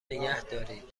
نگهدارید